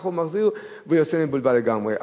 וככה הוא מחזיר ויוצא מבולבל לגמרי.